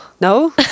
No